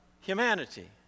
humanity